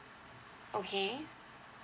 okay